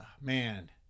man